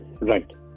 Right